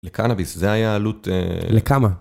לקנאביס זה היה עלות... לכמה?